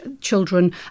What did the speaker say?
children